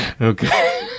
Okay